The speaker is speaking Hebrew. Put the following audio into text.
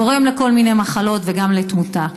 גורמים לכל מיני מחלות וגם לתמותה.